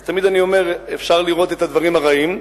אז תמיד אני אומר: אפשר לראות את הדברים הרעים,